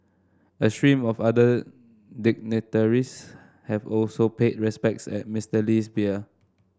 a stream of other dignitaries have also paid respects at Mister Lee's bier